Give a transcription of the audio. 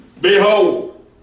behold